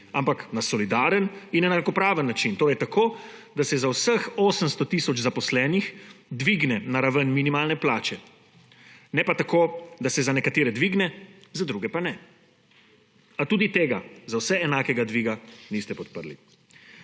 ampak na solidaren in enakopraven način, torej tako, da se za vseh 800 tisoč zaposlenih dvigne na raven minimalne plače, ne pa tako, da se za nekatere dvigne, za druge pa ne. A tudi tega za vse enakega dviga niste podprli.